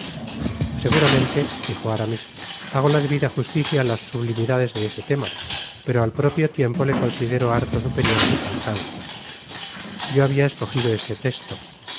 seguramente dijo aramis hago la debida justiciaá las sublimidades de ese tema pero al propio tiempo le considero harto superior á mis alcances yo habia escojido este testo